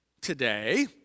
today